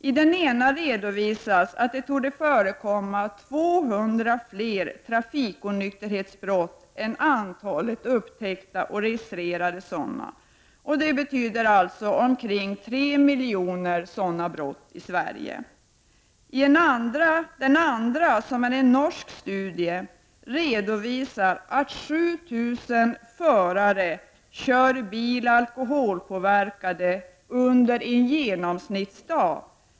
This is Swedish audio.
I den ena studien redovisas att det torde förekomma 200 fler trafiknykterhetsbrott än antalet upptäckta och registrerade sådana, vilket betyder att det skulle röra sig om 3 miljoner trafiknykterhetsbrott i Sverige. I den andra studien, som är norsk, redovisas att 7 000 förare kör bil alkoholpåverkade under en genomsnittsdag.